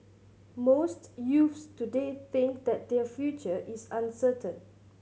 most youths today think that their future is uncertain